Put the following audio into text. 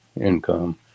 income